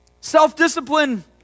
Self-discipline